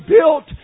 built